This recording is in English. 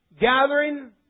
gathering